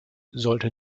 sollte